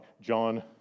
John